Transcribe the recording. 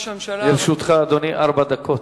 לרשותך, אדוני, ארבע דקות.